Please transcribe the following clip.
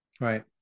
Right